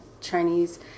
chinese